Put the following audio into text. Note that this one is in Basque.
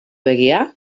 begia